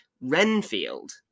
Renfield